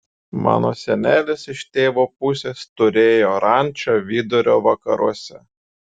mano senelis iš tėvo pusės turėjo rančą vidurio vakaruose